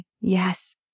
yes